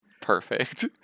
Perfect